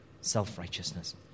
Self-righteousness